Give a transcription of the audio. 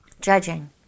Judging